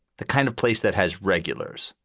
the kind of place that has regulars,